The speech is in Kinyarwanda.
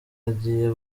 agiye